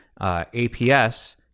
APS